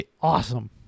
awesome